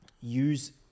use